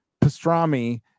Pastrami